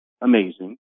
amazing